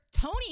Tony